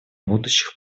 будущих